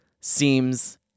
seems